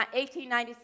1896